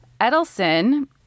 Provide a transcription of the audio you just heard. Edelson